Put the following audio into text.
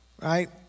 right